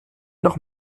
noch